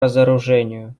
разоружению